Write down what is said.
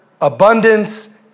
abundance